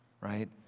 right